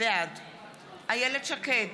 בעד איילת שקד,